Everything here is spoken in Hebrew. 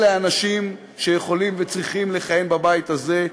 אלה האנשים שיכולים וצריכים לכהן בבית הזה,